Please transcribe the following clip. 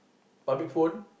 public phone